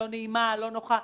הלא נעימה והלא נוחה.